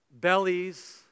bellies